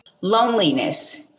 Loneliness